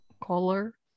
color